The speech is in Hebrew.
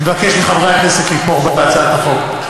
אני מבקש מחברי הכנסת לתמוך בהצעת החוק.